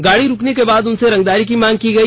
गाड़ी रुकने के बाद उनसे रंगदारी की मांग की गई